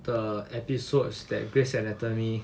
the episodes that grey's anatomy